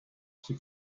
she